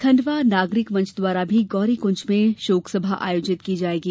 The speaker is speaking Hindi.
खण्डवा नागरिक मंच द्वारा भी गौरकुंज में शोकसभा आयोजित की जायेगी